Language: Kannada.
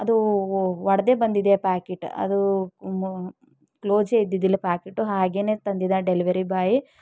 ಅದು ಒಡೆದೇ ಬಂದಿದೆ ಪ್ಯಾಕೇಟೆ ಅದು ಕ್ಲೋಸೇ ಇದ್ದಿದ್ದಿಲ್ಲ ಪ್ಯಾಕೆಟು ಹಾಗೇ ತಂದಿದ್ದ ಡೆಲಿವರಿ ಬಾಯಿ